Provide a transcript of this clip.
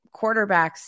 quarterbacks